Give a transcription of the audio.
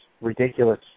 ridiculous